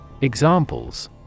Examples